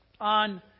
on